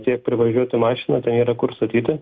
tiek privažiuoti mašina ten yra kur statyti